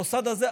המוסד הזה,